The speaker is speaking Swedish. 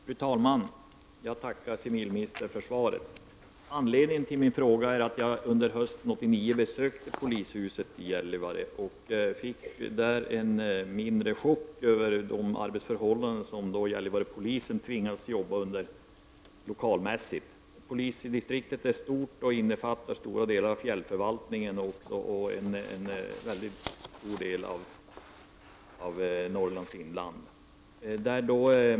Fru talman! Jag tackar civilministern för svaret. Anledningen till min fråga är att jag under hösten 1989 besökte polishuset i Gällivare och där fick en mindre chock över de arbetsförhållanden som Gällivarepolisen tvingas arbeta under i sina lokaler. Polisdistriktet är stort och innefattar stora delar av fjällförvaltningen och en mycket stor del av Norrlands inland.